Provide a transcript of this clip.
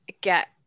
get